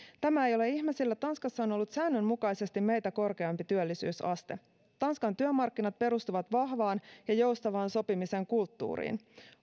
tämä ei ole ihme sillä tanskassa on säännönmukaisesti meitä korkeampi työllisyysaste tanskan työmarkkinat perustuvat vahvaan ja joustavaan sopimisen kulttuuriin